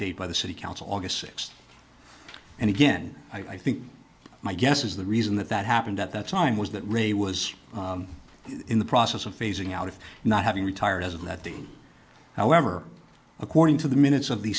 date by the city council august sixth and again i think my guess is the reason that that happened at that time was that ray was in the process of phasing out of not having retired as that the however according to the minutes of the